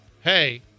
hey